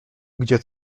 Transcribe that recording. gdzie